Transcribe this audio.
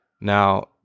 Now